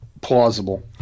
plausible